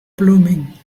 blooming